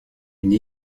une